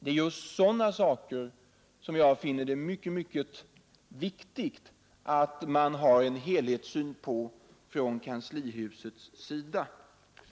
Det är just sådana saker som jag anser det vara mycket viktigt att man har en helhetssyn på i kanslihuset.